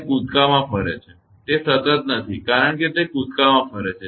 અને કૂદકામાં ફરે છે તે સતત નથી કારણ કે તે કૂદકામાં ફરે છે